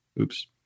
oops